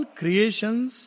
creations